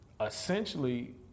essentially